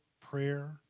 prayer